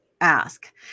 ask